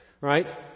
Right